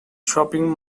shopping